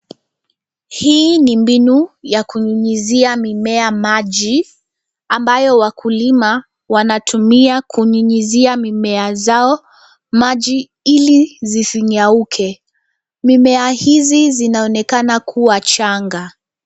Hii ni mbinu ya kunyunyizia mimea maji ambayo wakulima wanatumia kunyunyizia mimea zao maji ili zisinyauke. Mimea hizi zinaonekana kuwa changa.